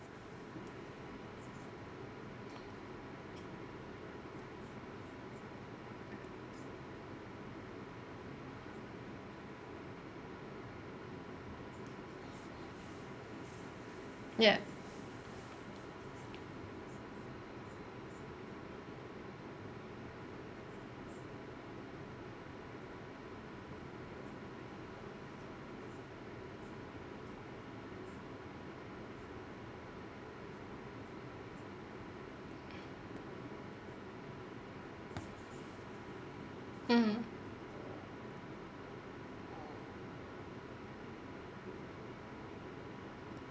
yeah mmhmm